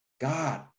God